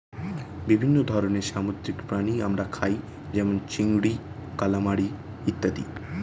বিভিন্ন ধরনের সামুদ্রিক প্রাণী আমরা খাই যেমন চিংড়ি, কালামারী ইত্যাদি